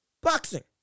boxing